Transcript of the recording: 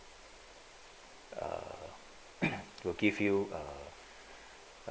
uh will give you